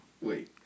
Wait